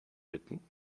bitten